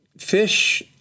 fish